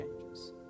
changes